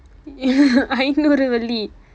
ஐநூறு வெள்ளி:ainuuru velli